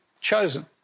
chosen